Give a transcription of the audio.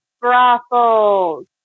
brothels